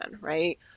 right